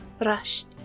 rushed